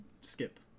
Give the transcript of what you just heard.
skip